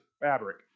fabric